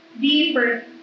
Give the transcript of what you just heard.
deeper